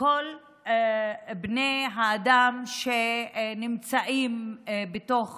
כל בני האדם שנמצאים בתוך